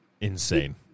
Insane